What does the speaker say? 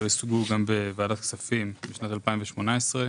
שהושגו גם בוועדת כספים בשנת 2018,